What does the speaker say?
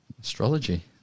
Astrology